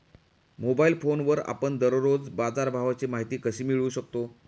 Mobile फोनवर आपण दररोज बाजारभावाची माहिती कशी मिळवू शकतो?